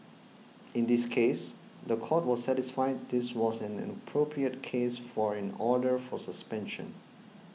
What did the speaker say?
in this case the Court was satisfied this was an appropriate case for an order for suspension